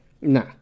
nah